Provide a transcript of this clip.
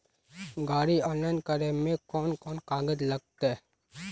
गाड़ी ऑनलाइन करे में कौन कौन कागज लगते?